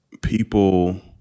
people